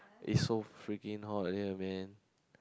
is so freaking hot here man